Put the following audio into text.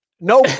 no